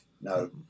No